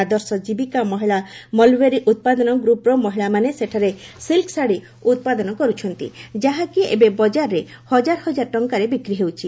ଆଦର୍ଶ ଜୀବିକା ମହିଳା ମଲ୍ବେରୀ ଉତ୍ପାଦନ ଗ୍ରୁପ୍ର ମହିଳାମାନେ ସେଠାରେ ସିଲ୍କ ଶାତ୍ରୀ ଉତ୍ପାଦନ କରୁଛନ୍ତି ଯାହାକି ଏବେ ବଜାରରେ ହଜାର ହଜାର ଟଙ୍କାରେ ବିକ୍ରି ହେଉଛି